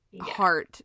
heart